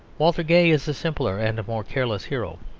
walter gay is a simpler and more careless hero,